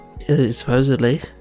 Supposedly